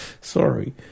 Sorry